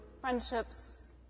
friendships